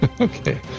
Okay